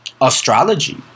Astrology